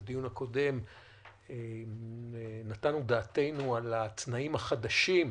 בדיון הקודם נתנו דעתנו על התנאים החדשים,